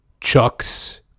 Chucks